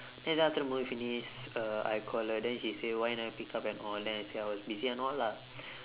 and then after the movie finish uh I call her then she say why never pick up and all then I say I was busy and all lah